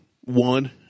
one